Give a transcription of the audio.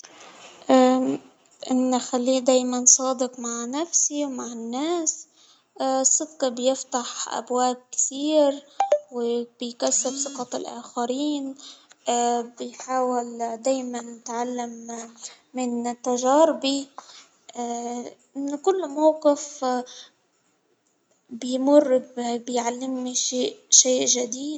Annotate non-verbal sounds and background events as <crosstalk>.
آآ <hesitation> نخليه دايما صادق مع نفسي ومع الناس، <hesitation> الصدق بيفتح أبواب كثير <noise> وبيكسب <noise> ثقة الاخرين، <noise> بيحاول دايما يتعلم من تجاربي <hesitation> لكل موقف بيمر بيعلمني شيء شيء جديد.